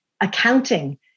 accounting